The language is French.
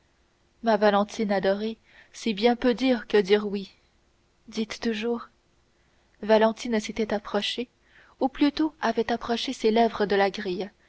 ma valentine adorée c'est bien peu dire que dire oui dites toujours valentine s'était approchée ou plutôt avait approché ses lèvres de la grille